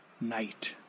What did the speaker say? night